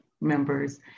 members